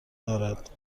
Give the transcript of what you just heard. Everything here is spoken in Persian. دارد